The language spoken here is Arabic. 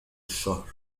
الشهر